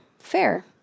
Fair